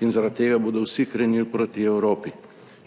in zaradi tega bodo vsi krenili proti Evropi.